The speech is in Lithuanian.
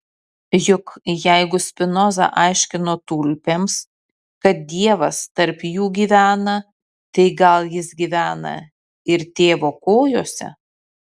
juk jeigu spinoza aiškino tulpėms kad dievas tarp jų gyvena tai gal jis gyvena ir tėvo kojose